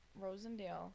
Rosendale